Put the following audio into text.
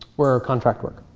were contract work.